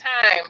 time